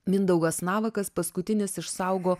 mindaugas navakas paskutinis išsaugo